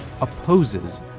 opposes